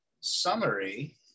summary